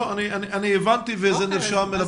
אני הבנתי וזה נרשם בפרוטוקול.